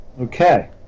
Okay